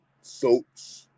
soaps